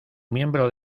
miembro